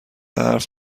حرف